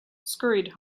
scurried